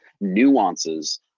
nuances